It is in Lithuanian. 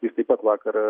jis taip pat vakar